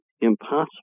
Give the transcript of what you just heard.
impossible